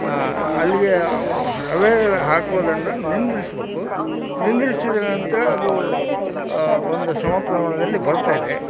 ಅಲ್ಲಿಗೆ ರವೆ ಹಾಕೋದನ್ನು ನಿಂದಿರಿಸಬೇಕು ನಿಂದಿರಿಸಿದ ನಂತರ ಅದು ಒಂದು ಸಮ ಪ್ರಮಾಣದಲ್ಲಿ ಬರ್ತಾಯಿದೆ